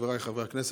חבריי חברי הכנסת,